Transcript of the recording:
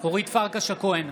אורית פרקש הכהן,